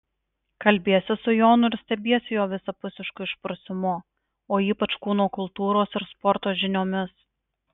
kalbiesi su jonu ir stebiesi jo visapusišku išprusimu o ypač kūno kultūros ir sporto žiniomis